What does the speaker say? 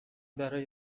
برای